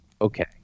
Okay